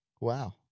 Wow